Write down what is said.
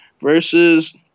versus –